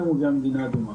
גם אם הוא הגיע ממדינה אדומה.